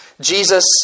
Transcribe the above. Jesus